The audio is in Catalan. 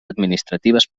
administratives